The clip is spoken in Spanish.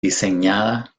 diseñada